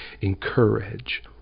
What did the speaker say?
encourage